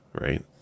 right